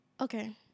Okay